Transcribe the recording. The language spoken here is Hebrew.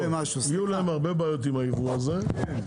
-- יהיו להם הרבה בעיות עם הייבוא הזה.